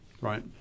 Right